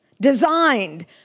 designed